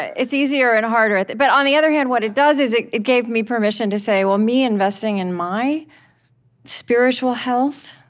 it's easier and harder. but on the other hand, what it does is, it it gave me permission to say, well, me investing in my spiritual health,